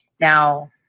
Now